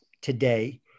today